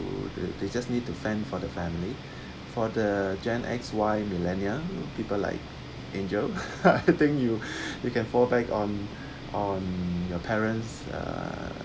to they they just need to fend for the family for the gen X Y millenia people like angel I think you you can fall back on on your parents uh